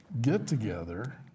get-together